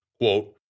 Quote